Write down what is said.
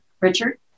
Richard